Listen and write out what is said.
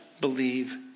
believe